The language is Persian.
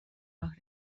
راه